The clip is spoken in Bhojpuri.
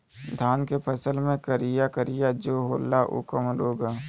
धान के फसल मे करिया करिया जो होला ऊ कवन रोग ह?